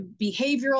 behavioral